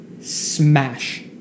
smash